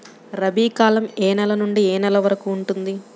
రబీ కాలం ఏ నెల నుండి ఏ నెల వరకు ఉంటుంది?